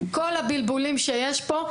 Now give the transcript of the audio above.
כל הבלבולים שיש פה,